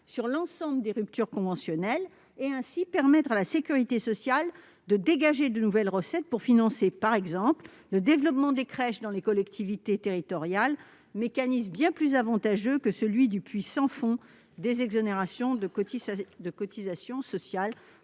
sur l'ensemble des ruptures conventionnelles, et, ainsi, de permettre à la sécurité sociale de dégager de nouvelles recettes pour financer par exemple le développement des crèches dans les collectivités territoriales. Un tel mécanisme est bien plus avantageux que celui du puits sans fond des exonérations de cotisations sociales.